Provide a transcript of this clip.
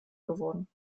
geworden